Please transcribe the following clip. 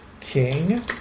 King